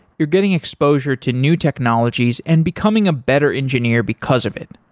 you're getting exposure to new technologies and becoming a better engineer because of it.